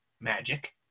magic